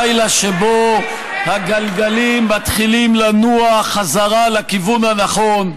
לילה שבו הגלגלים מתחילים לנוע חזרה לכיוון הנכון.